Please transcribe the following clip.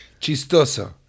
Chistoso